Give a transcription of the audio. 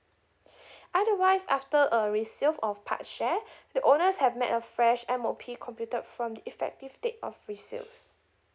otherwise after a receive of part share the owners have met a fresh M_O_P completed from the effective date of resales